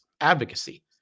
advocacy